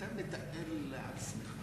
אתה מתאר לעצמך,